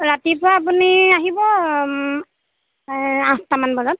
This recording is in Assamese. ৰাতিপুৱা আপুনি আহিব আঠটামান বজাত